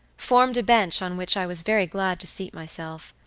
formed a bench on which i was very glad to seat myself,